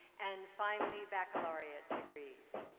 and finally baccalaureate degrees.